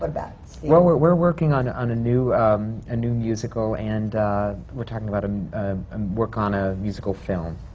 but about stephen? well, we're we're working on on a new a new musical, and we're talking about and and work on a musical film.